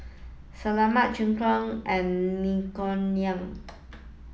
Salami Chigenabe and Naengmyeon